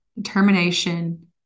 Determination